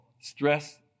stress